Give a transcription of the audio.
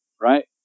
right